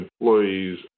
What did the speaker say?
employees